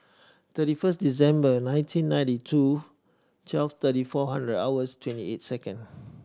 thirty first December nineteen ninety two twelve thirty four hundred hours twenty eight second